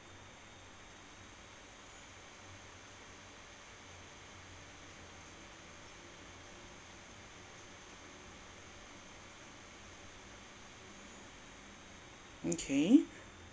okay